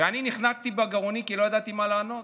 ואני, נחנקתי בגרוני, כי לא ידעתי מה לענות.